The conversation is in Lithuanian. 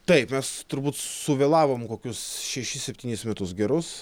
taip mes turbūt suvėlavom kokius šešis septynis metus gerus